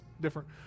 different